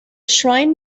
shrine